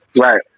Right